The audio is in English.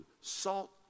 Salt